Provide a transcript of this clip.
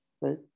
right